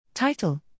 Title